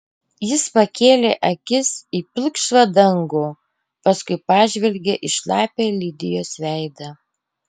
jis pakėlė akis į pilkšvą dangų paskui pažvelgė į šlapią lidijos veidą